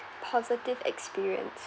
positive experience